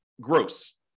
gross